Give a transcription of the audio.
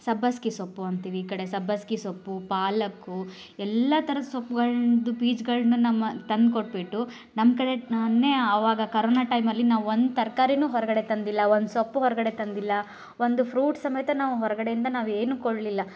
ಸಬ್ಬಸಿಗೆ ಸೊಪ್ಪು ಅಂತೀವಿ ಈ ಕಡೆ ಸಬ್ಬಸ್ಗೆ ಸೊಪ್ಪು ಪಾಲಕ್ಕು ಎಲ್ಲ ಥರದ ಸೊಪ್ಗಳದ್ದು ಬೀಜಗಳ್ನ ನಮ್ಮ ತಂದೆ ಕೊಟ್ಬಿಟ್ಟು ನಮ್ಮ ಕಡೆ ನೆ ಆವಾಗ ಕರೋನಾ ಟೈಮಲ್ಲಿ ನಾವು ಒಂದು ತರಕಾರಿನೂ ಹೊರಗಡೆ ತಂದಿಲ್ಲ ಒಂದು ಸೊಪ್ಪು ಹೊರಗಡೆ ತಂದಿಲ್ಲ ಒಂದು ಫ್ರೂಟ್ಸ್ ಸಮೇತ ನಾವು ಹೊರಗಡೆ ಇಂದ ನಾವೇನು ಕೊಳ್ಳಲಿಲ್ಲ